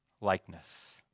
likeness